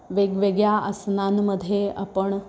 वेगवेगळ्या आसनांमध्ये आपण